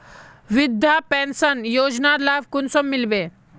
वृद्धा पेंशन योजनार लाभ कुंसम मिलबे?